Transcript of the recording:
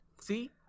See